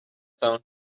phone